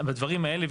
בדברים האלה,